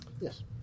Yes